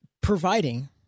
Providing